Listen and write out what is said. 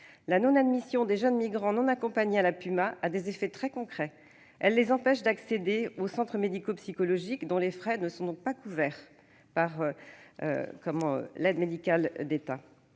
La non-admission des jeunes migrants non accompagnés à la PUMa a des effets très concrets. Elle les empêche d'accéder aux centres médico-psychologiques, dont les frais ne sont pas couverts par l'aide médicale de l'État.